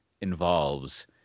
involves